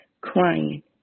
crying